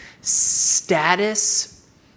status